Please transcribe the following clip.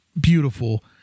beautiful